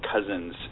Cousins